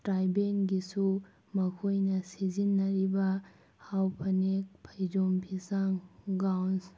ꯇ꯭ꯔꯥꯏꯕꯦꯜꯒꯤꯁꯨ ꯃꯈꯣꯏꯅ ꯁꯤꯖꯤꯟꯅꯔꯤꯕ ꯍꯥꯎ ꯐꯅꯦꯛ ꯐꯩꯖꯣꯝ ꯐꯤꯁꯥꯡ ꯒꯥꯎꯟꯁ